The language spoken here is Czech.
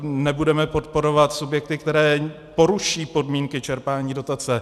Nebudeme podporovat subjekty, které poruší podmínky čerpání dotace.